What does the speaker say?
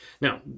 now